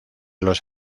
los